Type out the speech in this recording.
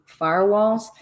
firewalls